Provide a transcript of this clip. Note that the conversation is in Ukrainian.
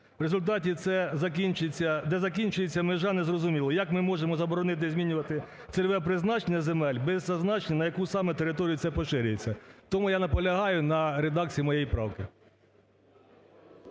В результаті це закінчиться… Де закінчується межа не зрозуміло, як ми можемо заборонити змінювати цільове призначення земель без зазначень на яку саме територію це поширюється. Тому я наполягаю на редакції моєї правки.